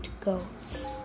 goats